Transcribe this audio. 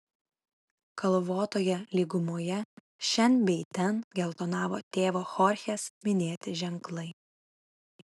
kalvotoje lygumoje šen bei ten geltonavo tėvo chorchės minėti ženklai